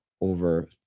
over